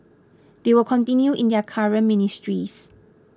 they will continue in their current ministries